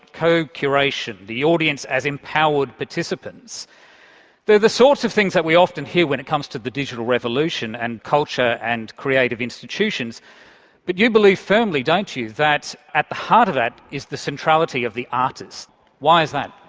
co-curation the audience as empowered participants they're the sorts of thing that we often hear when it comes to the digital revolution and culture, and creative institutions but you believe firmly don't you, that at the heart of that is the centrality of the artist why is that?